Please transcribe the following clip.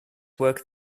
work